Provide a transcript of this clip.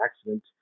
accident